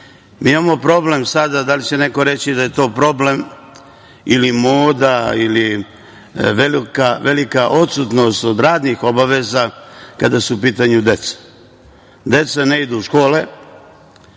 imamo problem, e sada da li će neko reći da je to problem ili moda ili velika odsutnost od radnih obaveza kada su u pitanju deca. Deca ne idu u škole,